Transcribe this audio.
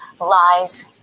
lies